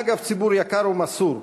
אגב, ציבור יקר ומסור,